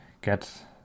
get